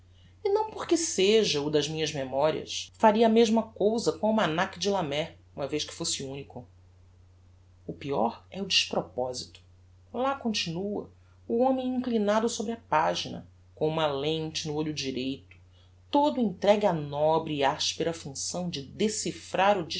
e não porque seja o das minhas memorias faria a mesma cousa com o almanak de laemmert uma vez que fosse unico o peor é o desproposito lá continúa o homem inclinado sobre a pagina com uma lente no olho direito todo entregue á nobre e aspera funcção de decifrar o